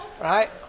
Right